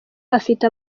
afite